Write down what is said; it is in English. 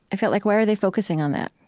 i felt like, why are they focusing on that?